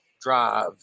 drive